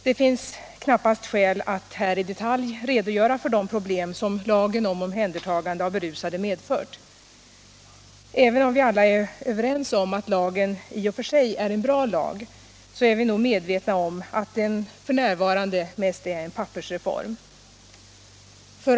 Det finns knappast skäl att här i detalj redogöra för de problem som lagen om omhändertagande av berusade medfört. Även om vi alla är överens om att lagen i och för sig är en bra lag, är vi nog medvetna om att den f.n. mest är en pappersreform.